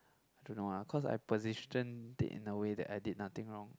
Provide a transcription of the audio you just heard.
I don't know ah cause I positioned in a way that I did nothing wrong